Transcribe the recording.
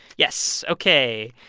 yes. ok.